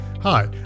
Hi